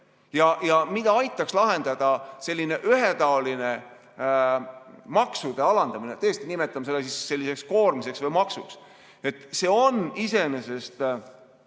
ja mida aitaks lahendada selline ühetaoline maksude alandamine, tõesti, nimetame seda siis selliseks koormiseks või maksuks. See on iseenesest